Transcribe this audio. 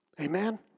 Amen